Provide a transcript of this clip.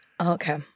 Okay